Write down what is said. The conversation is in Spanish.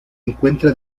encuentra